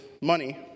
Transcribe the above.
money